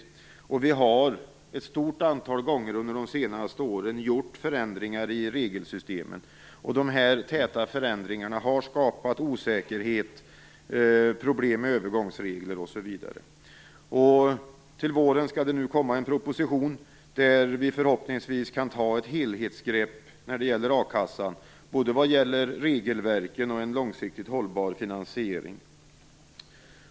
Under de senaste åren har vi ett stort antal gånger gjort förändringar i regelsystemen. De här täta förändringarna har skapat osäkerhet, problem med övergångsregler osv. Till våren skall en proposition komma som förhoppningsvis är av det slaget att vi kan ta ett helhetsgrepp om a-kassan vad gäller både regelverken och detta med en långsiktigt hållbar finansiering.